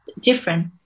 different